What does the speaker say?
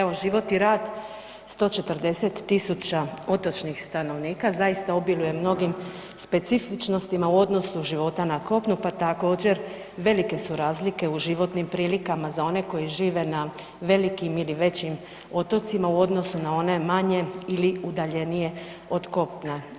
Evo život i rad 140.000 otočnih stanovnika zaista obiluje mnogim specifičnostima u odnosu života na kopnu pa također velike su razlike u životnim prilikama za one koji žive na velikim ili većim otocima u odnosu na one manje ili udaljenije od kopna.